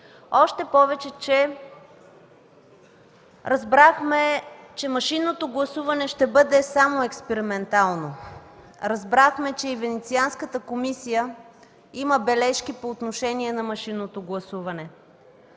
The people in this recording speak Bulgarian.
Още повече, че разбрахме, че машинното гласуване ще бъде само експериментално. Разбрахме, че и Венецианската комисия има бележки по отношение на машинното гласуване.